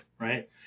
Right